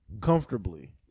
comfortably